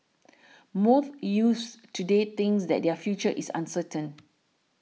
most youths today thinks that their future is uncertain